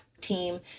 team